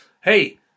hey